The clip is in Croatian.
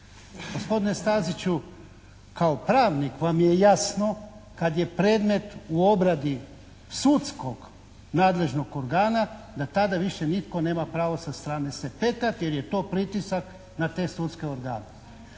Gospodine Staziću kao pravnik vam je jasno kad je predmet u obradi sudskog nadležnog organa da tada više nitko nema pravo sa strane se petljati jer je to pritisak na te sudske organe.